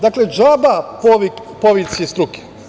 Dakle, džaba povici struke.